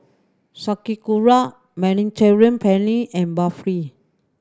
Sauerkraut Mediterranean Penne and Barfi